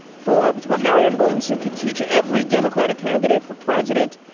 forbes what marianne williamson could teach. every democratic candidate for president,